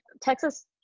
Texas